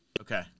Okay